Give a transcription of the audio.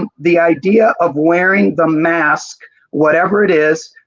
um the idea of wearing the mask, whatever it is,